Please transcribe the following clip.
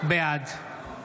בעד